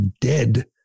dead